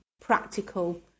practical